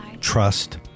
Trust